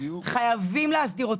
חייבים להסדיר אותו.